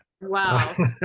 wow